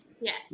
Yes